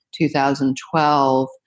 2012